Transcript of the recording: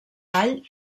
all